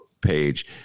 page